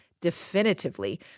definitively